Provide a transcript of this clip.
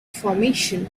formation